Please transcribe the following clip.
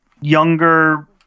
younger